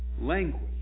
Language